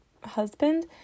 husband